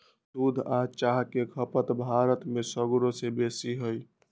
दूध आ चाह के खपत भारत में सगरो से बेशी हइ